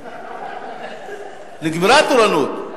נגמרה התורנות.